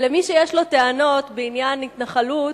למי שיש טענות בעניין התנחלות,